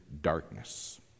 darkness